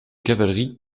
cavalerie